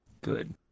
Good